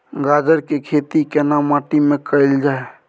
गाजर के खेती केना माटी में कैल जाए?